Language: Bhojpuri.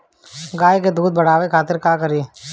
गाय के दूध बढ़ावे खातिर का करी?